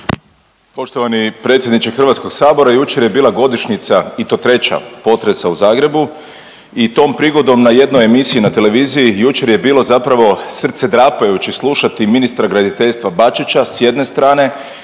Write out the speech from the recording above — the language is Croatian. Poštovani predsjedniče HS-a. Jučer je bila godišnjica i to treća potresa u Zagrebu i tom prigodom na jednoj emisiji na televiziji jučer je bilo zapravo srcedrapajuće slušati ministra graditeljstva Bačića s jedne strane